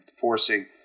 forcing